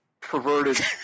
perverted